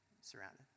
surrounded